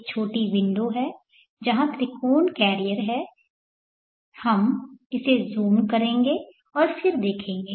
एक छोटी विंडो है जहां त्रिकोण कैरियर हैं हम इसे ज़ूम करेंगे और फिर देखेंगे